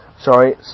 Sorry